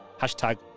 Hashtag